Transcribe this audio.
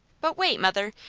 but wait, mother,